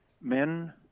men